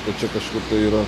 tai čia kažkur tai yra